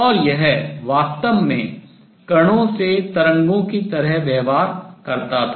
और यह वास्तव में कणों से तरंगों की तरह व्यवहार करता था